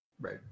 Right